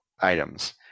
items